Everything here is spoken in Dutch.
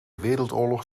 wereldoorlog